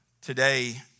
Today